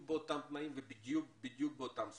באותם תנאים ובדיוק-בדיוק עם אותן זכויות.